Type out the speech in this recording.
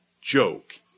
joke